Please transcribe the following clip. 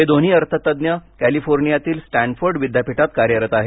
हे दोन्ही अर्थ तज्ज्ञ कॅलिफोर्नियातील स्टॅनफोर्ड विद्यापीठात कार्यरत आहेत